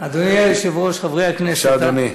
אדוני היושב-ראש, חברי הכנסת, בבקשה, אדוני.